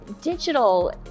digital